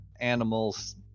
animals